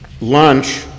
Lunch